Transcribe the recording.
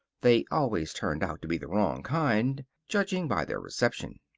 they always turned out to be the wrong kind, judging by their reception.